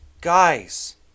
Guys